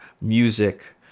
music